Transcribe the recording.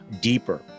deeper